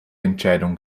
entscheidung